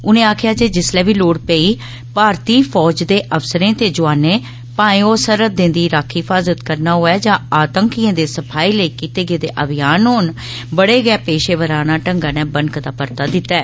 उनें आक्खेआ जे जिसलै बी लोड़ पेई भारती फौज दे अफसरें ते जुआनें भाएं ओह् सरहदें दी राखी हिफाजत करना होए जां आतंकवादिएं दे सफाये लेई कीते गेदे अभियान होन बड़े गै पेशेवराना ढंगै नै बनकदा परता दित्ता ऐ